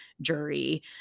jury